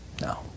No